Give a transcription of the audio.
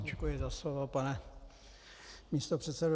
Děkuji za slovo, pane místopředsedo.